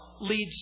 leads